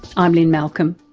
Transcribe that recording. i'm lynne malcolm.